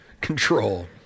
control